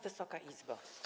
Wysoka Izbo!